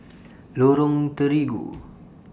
Lorong Terigu